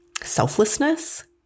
selflessness